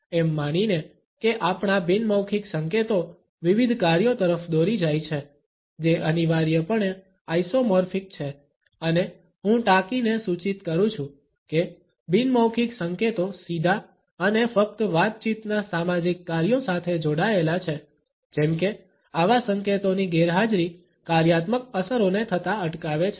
એમ માનીને કે આપણા બિન મૌખિક સંકેતો વિવિધ કાર્યો તરફ દોરી જાય છે જે અનિવાર્યપણે આઇસોમોર્ફિક છે અને હું ટાંકીને સૂચિત કરું છું કે બિન મૌખિક સંકેતો સીધા અને ફક્ત વાતચીતના સામાજિક કાર્યો સાથે જોડાયેલા છે જેમ કે આવા સંકેતોની ગેરહાજરી કાર્યાત્મક અસરોને થતા અટકાવે છે